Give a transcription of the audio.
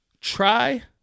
Try